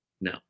No